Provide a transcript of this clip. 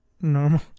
normal